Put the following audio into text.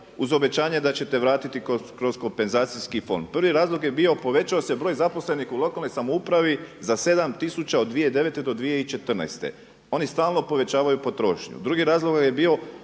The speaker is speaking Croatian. uz obećanje da ćete vratiti kroz kompenzacijski fond. Prvi razlog je bio, povećao se broj zaposlenih u lokalnoj samoupravi za 7000 od 2009. do 2014. Oni stalno povećavaju potrošnju. Drugi razlog vam je bio